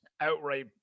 outright